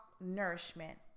nourishment